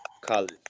college